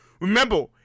Remember